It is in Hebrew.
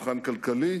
מבחן כלכלי